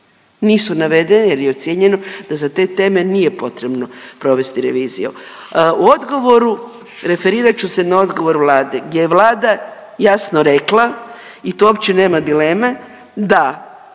Nisu navedene jer je ocijenjeno da za te teme nije potrebno provesti reviziju. U odgovoru, referirat ću se na odgovor Vlade, gdje je Vlada jasno rekla i tu uopće nema dileme da